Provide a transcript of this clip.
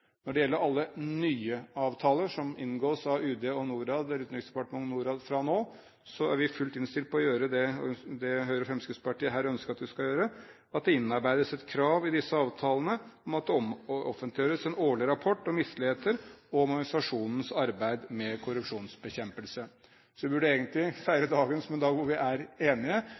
Når det gjelder alle nye avtaler som inngås av Utenriksdepartementet og Norad fra nå, så er vi fullt innstilt på å gjøre det Høyre og Fremskrittspartiet her ønsker at vi skal gjøre – at det innarbeides et krav i disse avtalene om at det offentliggjøres en årlig rapport om misligheter og om organisasjonens arbeid med korrupsjonsbekjempelse. Så vi burde egentlig feire dagen som en dag hvor vi er enige,